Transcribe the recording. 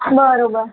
બરાબર